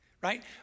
right